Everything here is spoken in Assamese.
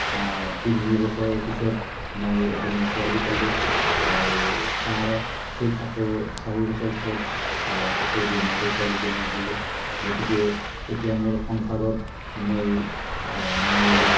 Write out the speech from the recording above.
তিনি বছৰ পিছত মই এজনী ছোৱালী পালোঁ আৰু তাৰ ঠিক আকৌ চাৰি বছৰৰ পিছত আকৌ দুই নম্বৰ ছোৱালীজনী আহিলে গতিকে এতিয়া মোৰ সংসাৰত মই মোৰ